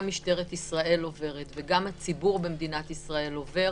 משטרת ישראל וגם הציבור במדינת ישראל עובר,